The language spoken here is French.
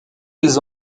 les